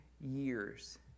years